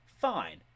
fine